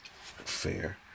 Fair